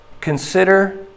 Consider